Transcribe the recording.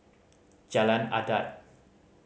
Jalan Adat